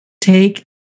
take